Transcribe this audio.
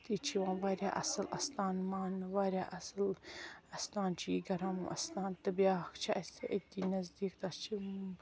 تہٕ یہِ چھُ یِوان واریاہ اَصٕل اَستان ماننہٕ واریاہ اَصٕل اَستان چھُ یہِ گَرم استان تہٕ بِیاکھ چھُ اسہِ أتی نَزدیک تَس چھِ